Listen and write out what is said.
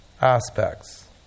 aspects